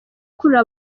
ikurura